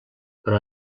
però